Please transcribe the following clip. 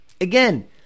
Again